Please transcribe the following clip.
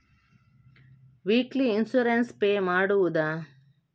Weekly insurance pay ಮಾಡುವುದ?